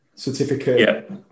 Certificate